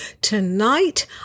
tonight